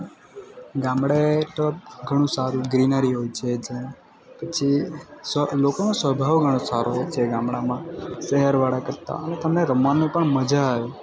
ગામડે તો ઘણું સારું ગ્રીનરી હોય છે જેમ પછી લોકોનો સ્વભાવ ઘણો સારો હોય છે ગામડામાં શહેરવાળા કરતાં તમને રમવાનું પણ મજા આવે